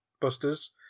busters